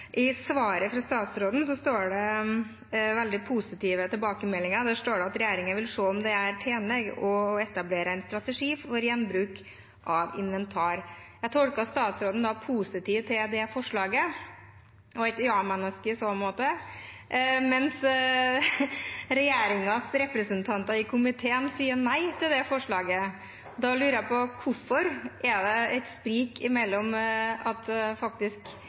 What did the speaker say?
I svaret fra statsråden står det veldig positive tilbakemeldinger. Der står det at «Regjeringa vil sjå på om det er tenleg òg å etablere ein strategi for gjenbruk av inventar.» Jeg tolker at statsråden er positiv til dette forslaget, et ja-menneske i så måte, mens regjeringspartienes representanter i komiteen sier nei til dette forslaget. Da lurer jeg på: Hvorfor er det et sprik mellom at vi faktisk